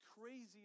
crazy